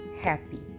happy